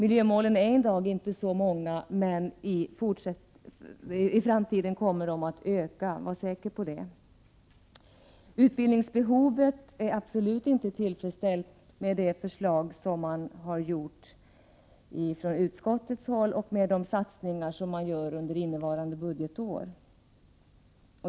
I dag är antalet miljömål inte så stort, men i framtiden kommer det att bli större, var så säkra på det. Utbildningsbehovet blir absolut inte tillfredsställt enbart genom att utskottsmajoritetens förslag går igenom och med de satsningar som görs innevarande budgetår.